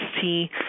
see